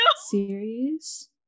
series